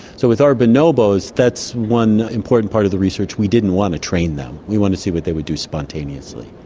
so with our bonobos, that's one important part of the research, we didn't want to train them, we wanted to see what they would do spontaneously.